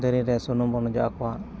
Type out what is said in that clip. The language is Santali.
ᱫᱮᱨᱮᱧ ᱨᱮ ᱥᱩᱱᱩᱢ ᱵᱚᱱ ᱚᱡᱚᱜ ᱟᱠᱚᱣᱟ